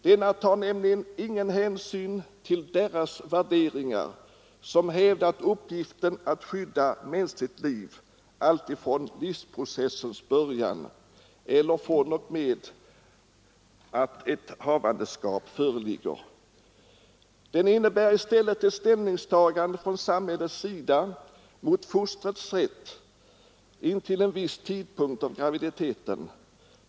Det tar nämligen ingen hänsyn till deras värderingar, som hävdat uppgiften att skydda mänskligt liv alltifrån livsprocessens början eller från och med att ett havandeskap föreligger. Det innebär i stället ett ställningstagande från samhällets sida mot fostrets rätt intill en viss tidpunkt av graviditeten.